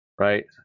Right